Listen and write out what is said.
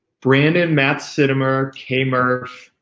brandon, matt sinema, k. murph.